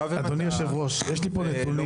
יש לי פה נתונים.